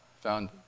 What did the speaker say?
found